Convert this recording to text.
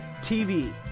TV